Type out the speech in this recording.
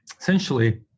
Essentially